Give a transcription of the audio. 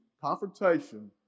Confrontation